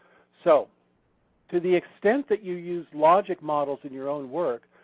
so to the extent that you use logic models in your own work,